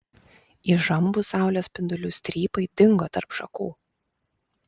įžambūs saulės spindulių strypai dingo tarp šakų